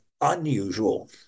unusual